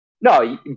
No